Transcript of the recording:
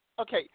Okay